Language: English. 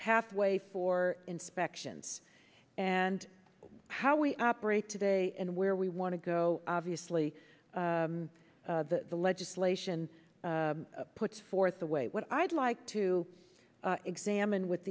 pathway for inspections and how we operate today and where we want to go obviously the legislation put forth the way what i'd like to examine with